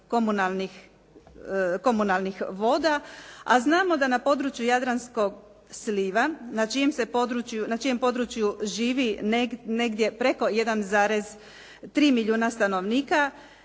komunalnih voda, a znamo da na području Jadranskog sliva na čijem području živi negdje preko 1,3 milijuna stanovnika